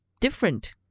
different